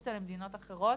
החוצה למדינות אחרות,